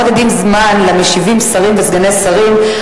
מודדים זמן למשיבים שרים וסגני שרים,